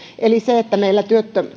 eli sitä että meillä